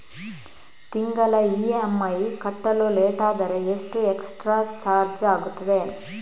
ತಿಂಗಳ ಇ.ಎಂ.ಐ ಕಟ್ಟಲು ಲೇಟಾದರೆ ಎಷ್ಟು ಎಕ್ಸ್ಟ್ರಾ ಚಾರ್ಜ್ ಆಗುತ್ತದೆ?